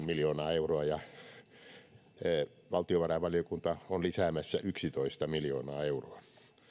miljoonaa euroa ja valtiovarainvaliokunta on lisäämässä yksitoista miljoonaa euroa